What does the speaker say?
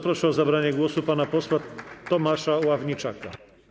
Proszę o zabranie głosu pana posła Tomasza Ławniczaka.